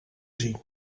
zien